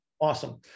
Awesome